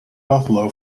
buffalo